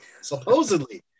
supposedly